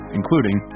including